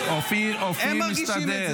--- אופיר מסתדר.